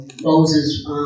Moses